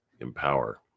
empower